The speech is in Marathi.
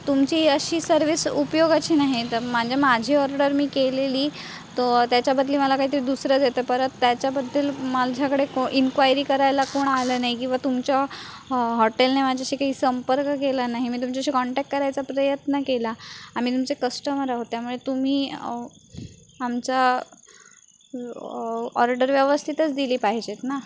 तुमची अशी सर्विस उपयोगाची नाही तर म्हणजे माझी ऑर्डर मी केलेली तर त्याच्याबदली मला काहीतरी दुसरंच येतं परत त्याच्याबद्दल माझ्याकडे कोणी इन्क्वायरी करायला कोण आलं नाही किंवा तुमच्या हॉटेलने माझ्याशी काही संपर्क केला नाही मी तुमच्याशी कॉन्टॅक्ट करायचा प्रयत्न केला आम्ही तुमचे कस्टमर आहोत त्यामुळे तुम्ही आमच्या ऑ ऑर्डर व्यवस्थितच दिली पाहिजेत ना